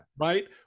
right